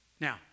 Now